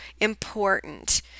important